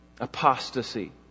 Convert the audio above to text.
apostasy